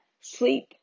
Sleep